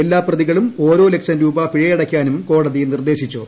എല്ലാ പ്രതികളും ഓരോ ലക്ഷം രൂപ പിഴയടയ്ക്കാനും കോടതി നിർദ്ദേശിച്ചു